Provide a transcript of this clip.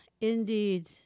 indeed